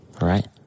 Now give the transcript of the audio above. right